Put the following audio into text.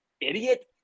idiot